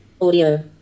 Audio